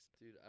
Dude